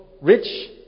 rich